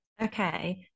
okay